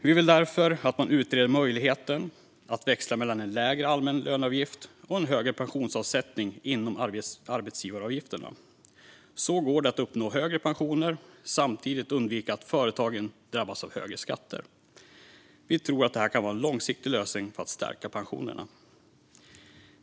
Vi vill därför att man utreder möjligheten att växla mellan en lägre allmän löneavgift och en högre pensionsavsättning inom arbetsgivaravgifterna. Så går det att uppnå högre pensioner och samtidigt undvika att företagen drabbas av högre skatter. Vi tror att detta kan vara en långsiktig lösning för att stärka pensionerna.